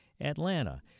Atlanta